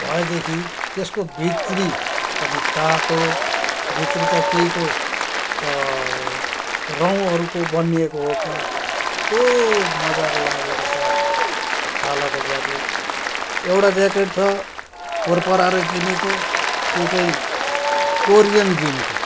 भएदेखि त्यसको भित्री पनि तातो भित्री त केहीको रौँहरूको बनिएको हो कि खुब मज्जाको लागेको छ छालाको ज्याकेट एउटा ज्याकेट त पोहोर परारै किनेको त्यो चाहिँ कोरियन जिनको